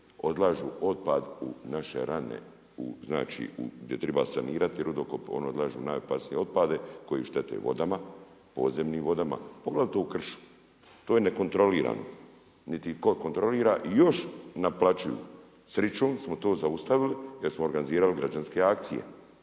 odlažu otpad u naše rane. Znači di triba sanirati rudokop, oni odlažu najopasnije otpade koji štete vodama, podzemnim vodama poglavito u kršu. To je nekontrolirano. Niti ih tko kontrolira i još naplaćuju. Srićom smo to zaustavili, jer smo organizirali građanske akcije